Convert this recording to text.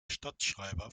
stadtschreiber